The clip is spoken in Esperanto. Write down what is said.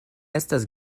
estas